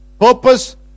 purpose